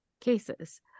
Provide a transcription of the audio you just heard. cases